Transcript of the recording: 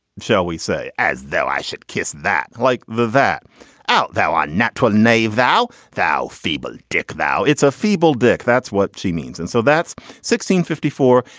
shall we say, as though i should kiss that like the that out that was natural. nay vow thou feeble dick thou it's a feeble dick. that's what she means. and so that's sixteen fifty four.